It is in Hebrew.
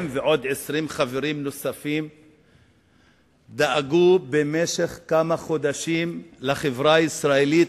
הם ועוד 20 חברים דאגו במשך כמה חודשים לחברה הישראלית,